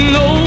no